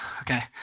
Okay